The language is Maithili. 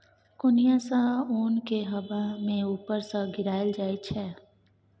कोनियाँ सँ ओन केँ हबा मे उपर सँ गिराएल जाइ छै